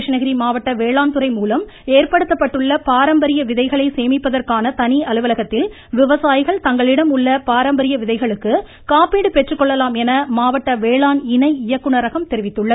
கிருஷ்ணகிரி மாவட்ட வேளாண் துறை மூலம் ஏற்படுத்தப்பட்டுள்ள பாரம்பரிய விதைகளை சேமிப்பதற்கான தனி அலுவலகத்தில் விவசாயிகள் தங்களிடம் உள்ள பாரம்பரிய விதைகளுக்கு காப்பீடு பெற்றுக்கொள்ளலாம் என மாவட்ட வேளாண் இணை இயக்குனரகம் தெரிவித்துள்ளது